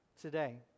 today